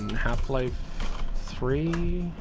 half life three